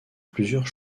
plusieurs